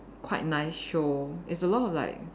quite nice show it's a lot of like